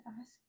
ask